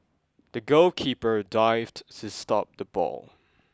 the goalkeeper dived to stop the ball